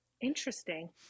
Interesting